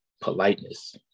politeness